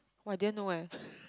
!wah! I didn't know eh